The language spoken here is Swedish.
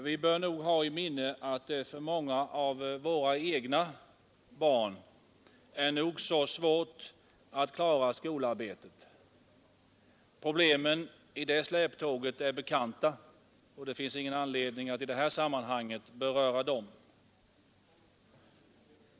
Vi bör nog ha i minne att det för många av våra egna barn är nog så svårt att klara skolarbetet — problemen i det släptåget är bekanta, och det finns ingen anledning att i det här sammanhanget beröra dem.